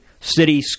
city